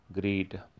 greed